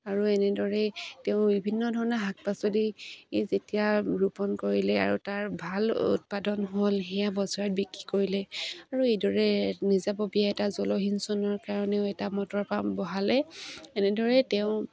আৰু এনেদৰেই তেওঁ বিভিন্ন ধৰণৰ শাক পাচলি যেতিয়া ৰোপণ কৰিলে আৰু তাৰ ভাল উৎপাদন হ'ল সেয়া বজাৰত বিক্ৰী কৰিলে আৰু এইদৰে নিজাববীয়া এটা জলসিঞ্চনৰ কাৰণেও এটা মটৰ পাম্প বহালে এনেদৰেই তেওঁ